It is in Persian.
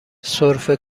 سرفه